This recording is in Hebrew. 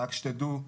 רק שתדעו.